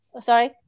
Sorry